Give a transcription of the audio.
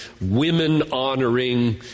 women-honoring